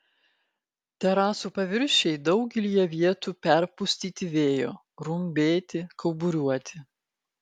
terasų paviršiai daugelyje vietų perpustyti vėjo rumbėti kauburiuoti